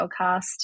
podcast